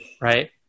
right